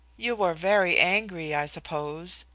you were very angry, i suppose?